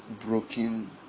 broken